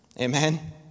Amen